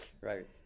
right